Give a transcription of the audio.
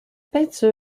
peinture